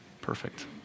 perfect